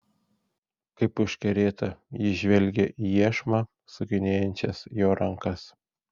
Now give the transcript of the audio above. kaip užkerėta ji žvelgė į iešmą sukinėjančias jo rankas